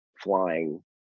flying